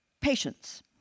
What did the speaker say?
patience